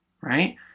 right